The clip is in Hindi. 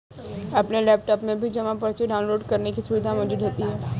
अपने लैपटाप में भी जमा पर्ची डाउनलोड करने की सुविधा मौजूद होती है